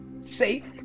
safe